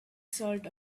salt